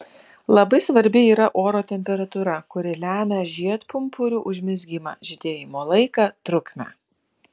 labai svarbi yra oro temperatūra kuri lemia žiedpumpurių užmezgimą žydėjimo laiką trukmę